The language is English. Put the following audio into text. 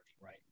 right